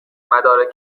مدارک